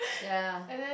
ya